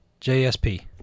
JSP